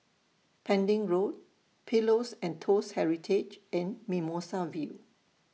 Pending Road Pillows and Toast Heritage and Mimosa View